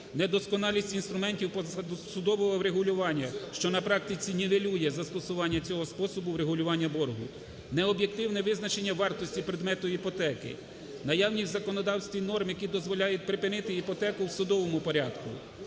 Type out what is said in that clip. недосконалість інструментів позасудового врегулювання, що на практиці нівелює застосування цього способу врегулювання боргу. Необ'єктивне визначення вартості предмету іпотеки. Наявність в законодавстві норм, які дозволяють припинити іпотеку в судовому порядку.